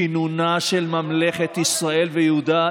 כינונה של ממלכת ישראל ויהודה,